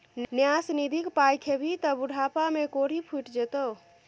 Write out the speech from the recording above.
न्यास निधिक पाय खेभी त बुढ़ापामे कोढ़ि फुटि जेतौ